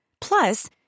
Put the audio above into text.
Plus